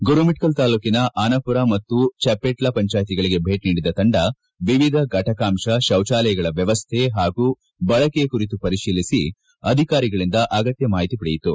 ಗುರುಮಿಟ್ನಲ್ ತಾಲ್ಲೂಕಿನ ಅನಪುರ ಹಾಗೂ ಚಪೆಟ್ಲಾ ಪಂಜಾಯಿತಿಗಳಿಗೆ ಭೇಟಿ ನೀಡಿದ ತಂಡ ವಿವಿಧ ಘಟಕಾಂಶ ಶೌಜಾಲಯಗಳ ವ್ವವಸ್ಥೆ ಹಾಗೂ ಬಳಕೆಯ ಕುರಿತು ಪರಿಶೀಲಿಸಿ ಅಧಿಕಾರಿಗಳಿಂದ ಅಗತ್ತ ಮಾಹಿತಿ ಪಡೆಯಿತು